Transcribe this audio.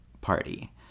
party